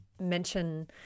mention